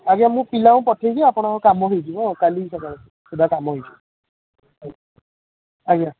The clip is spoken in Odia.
ଆଜ୍ଞା ମୁଁ ପିଲାଙ୍କୁ ପଠେଇବି ଆପଣଙ୍କ କାମ ହେଇଯିବ ଆଉ କାଲି ସକାଳ ସୁଦ୍ଧା କାମ ହେଇଯିବ ଆଜ୍ଞା ଆଜ୍ଞା